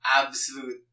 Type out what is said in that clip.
absolute